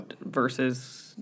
versus